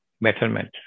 betterment